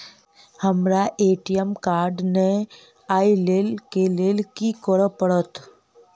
हमरा ATM card नै अई लई केँ लेल की करऽ पड़त?